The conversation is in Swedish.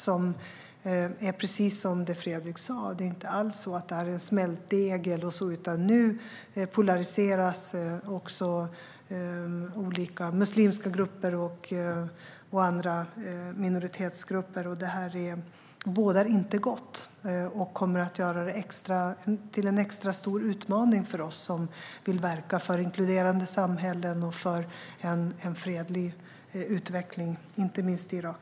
Som Fredrik sa är det inte alls en smältdegel, utan nu polariseras också olika muslimska grupper och andra minoritetsgrupper. Det här bådar inte gott och kommer att bli en extra stor utmaning för oss som vill verka för inkluderande samhällen och en fredlig utveckling, inte minst i Irak.